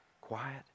Quiet